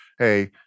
Hey